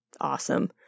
Awesome